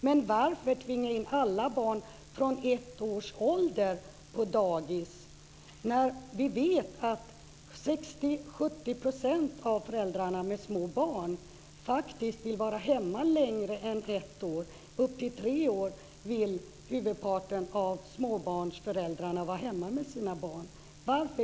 Men varför tvinga in alla barn vid 1 1⁄2 års ålder på dagis? Huvudparten av småbarnsföräldrarna vill vara hemma med sina barn i tre år.